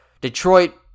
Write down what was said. Detroit